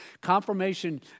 Confirmation